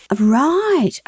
Right